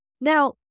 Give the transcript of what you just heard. Now